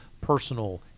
personal